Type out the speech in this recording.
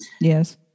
Yes